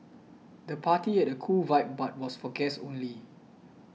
the party had a cool vibe but was for guests only